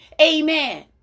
Amen